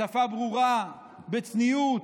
בשפה ברורה, בצניעות.